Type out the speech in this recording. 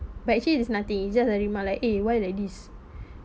but actually it's nothing it's just a remark like eh why like this